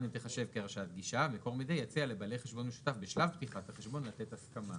ויציע לבעלי חשבון משותף בשלב פתיחת החשבון לתת הסכמה.